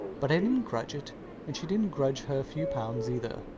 but i didnt grudge it and she didnt grudge her few pounds either,